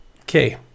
okay